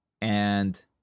And-